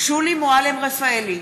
שולי מועלם-רפאלי,